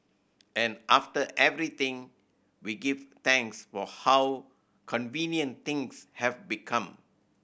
and after everything we give thanks for how convenient things have become